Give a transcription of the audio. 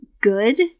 good